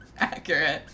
accurate